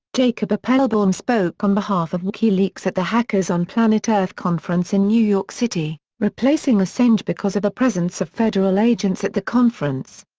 jacob appelbaum spoke on behalf of wikileaks at the hackers on planet earth conference in new york city, replacing assange because of the presence of federal agents at the conference.